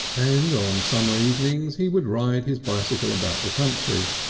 and on summer evenings he would ride his bicycle about the country,